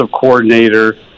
coordinator